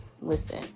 listen